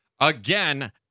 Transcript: Again